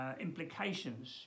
implications